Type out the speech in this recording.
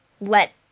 let